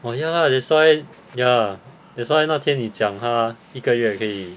oh ya that's why ya that's why 那天你讲他一个月可以